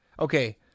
Okay